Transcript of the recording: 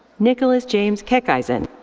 nicholas james keckeisen.